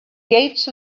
gates